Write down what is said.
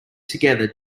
together